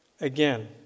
Again